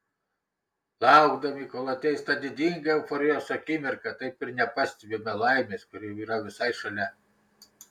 laukdami kol ateis ta didinga euforijos akimirka taip ir nepastebime laimės kuri yra visai šalia